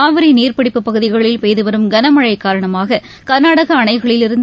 காவிரி நீர்ப்பிடிப்பு பகுதிகளில் பெய்துவரும் கனமழை காரணமாக கர்நாடக அணைகளிலிருந்து